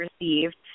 received